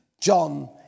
John